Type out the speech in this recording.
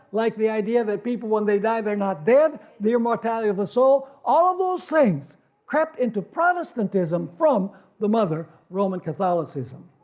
like the idea that people when they die are not dead, the immortality of a soul, all of those things crept into protestantism from the mother roman catholicism.